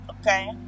okay